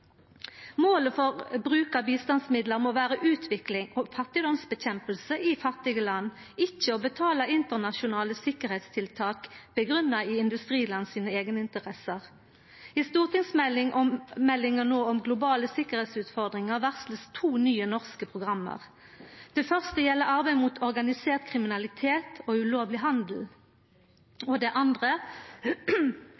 Målet for bruk av bistandsmidlar må vera utvikling og å kjempa mot fattigdom i fattige land – ikkje å betala internasjonale sikkerheitstiltak grunngjeve i industriland sine eigeninteresser. I stortingsmeldinga om globale sikkerheitsutfordringar blir det varsla to nye norske program. Det første gjeld arbeid mot organisert kriminalitet og ulovleg handel,